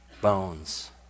bones